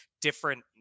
different